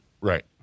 Right